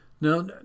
Now